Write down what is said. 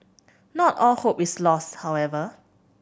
not all hope is lost however